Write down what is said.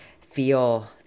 feel